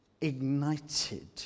ignited